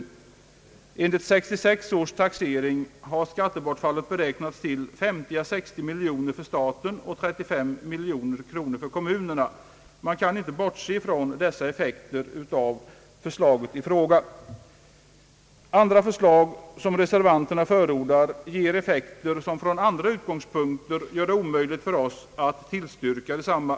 Enligt 1966 års taxering har skattebortfallet beräknats till 50—60 miljoner för staten och 35 miljoner kronor för kommunerna. Man kan inte bortse från dessa effekter av förslaget i fråga. Andra förslag som reservanterna förordar ger effekter som från andra utgångspunkter gör det omöjligt för oss att tillstyrka desamma.